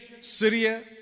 Syria